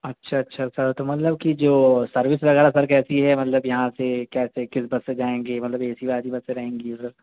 اچھا اچھا سر تو مطلب کہ جو سروس وغیرہ سر کیسی ہے مطلب یہاں سے کیسے کس بس سے جائیں گے مطلب اے سی والی بسیں رہیں گی سر